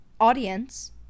audience